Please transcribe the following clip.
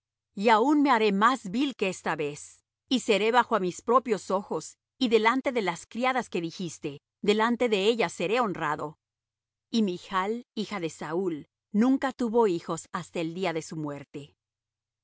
y aun me haré más vil que esta vez y seré bajo á mis propios ojos y delante de las criadas que dijiste delante de ellas seré honrado y michl hija de saúl nunca tuvo hijos hasta el día de su muerte